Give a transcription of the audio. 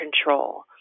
control